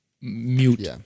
mute